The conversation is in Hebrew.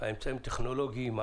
האמצעים הטכנולוגיים,